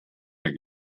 mehr